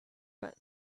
but